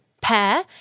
pair